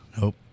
Nope